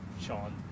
Sean